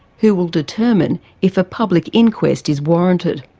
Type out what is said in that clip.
who will determine if a public inquest is warranted.